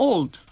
Old